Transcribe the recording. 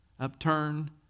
Upturned